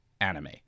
anime